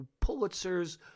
Pulitzer's